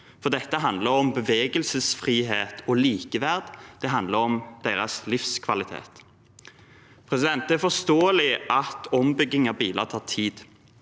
for det handler om bevegelsesfrihet og likeverd, og det handler om deres livskvalitet. Det er forståelig at ombygging av biler tar tid.